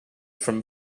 from